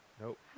nope